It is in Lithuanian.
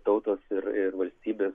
tautos ir ir valstybės